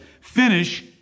finish